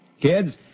Kids